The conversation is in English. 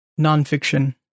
nonfiction